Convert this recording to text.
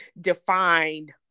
defined